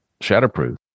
shatterproof